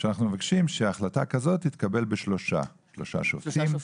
אנחנו מבקשים שהחלטה כזאת תתקבל בשלושה שופטים,